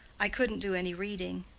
i couldn't do any reading.